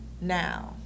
now